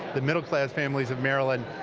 the middle class families of maryland,